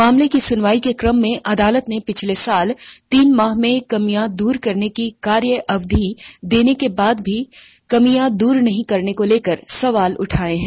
मामले की सुनवाई के क्रम में अदालत ने पिछले साल तीन माह में कमियां दूर करने का कार्य अवधि देने के बाद भी कमियां दूर नहीं करने को लेकर सवाल उठाए हैं